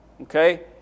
okay